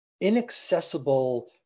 inaccessible